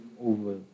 over